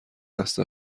دست